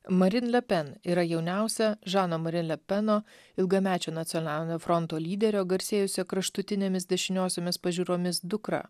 marin lepen yra jauniausia žano marin lepeno ilgamečio nacionalinio fronto lyderio garsėjusio kraštutinėmis dešiniosiomis pažiūromis dukra